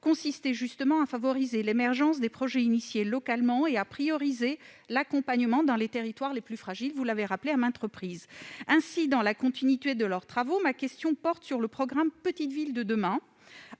consistaient justement à favoriser l'émergence des projets lancés localement et à rendre prioritaire l'accompagnement dans les territoires les plus fragiles, vous avez rappelé à maintes reprises. Dans la continuité de leurs travaux, ma question porte sur le programme Petites villes de demain,